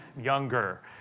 younger